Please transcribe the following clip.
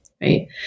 Right